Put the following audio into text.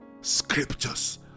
scriptures